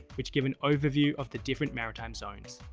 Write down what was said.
which give an overview of the different maritime zones.